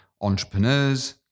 entrepreneurs